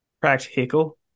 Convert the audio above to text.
Practical